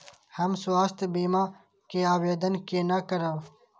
हम स्वास्थ्य बीमा के आवेदन केना करब?